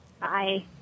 Bye